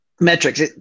metrics